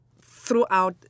throughout